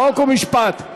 חוק ומשפט.